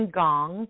gong